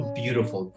beautiful